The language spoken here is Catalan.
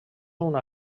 una